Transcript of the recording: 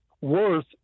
worth